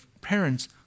parents